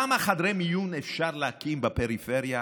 כמה חדרי מיון אפשר להקים בפריפריה